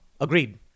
Agreed